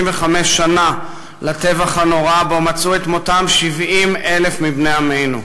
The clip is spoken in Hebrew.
שנים לטבח הנורא שבו מצאו את מותם 70,000 מבני עמנו.